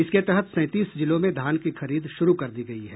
इसके तहत सैंतीस जिलों में धान की खरीद शुरू कर दी गयी है